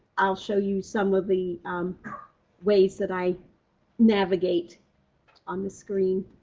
i'll show you some of the ways that i navigate on the screen,